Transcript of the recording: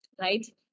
right